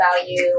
value